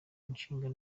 umushinga